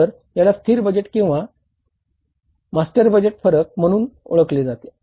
तर याला स्थिर बजेट फरक आहे